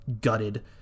gutted